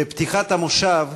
בפתיחת המושב